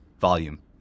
volume